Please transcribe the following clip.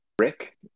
Rick